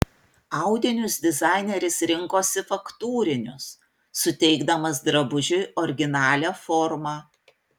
audinius dizaineris rinkosi faktūrinius suteikdamas drabužiui originalią formą